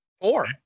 four